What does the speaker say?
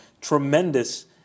tremendous